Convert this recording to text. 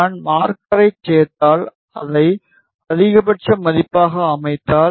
நான் மார்க்கரைச் சேர்த்தால் அதை அதிகபட்ச மதிப்பாக அமைத்தால்